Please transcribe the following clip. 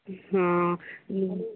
ହଁ ଉଁ